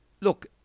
look